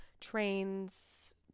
trains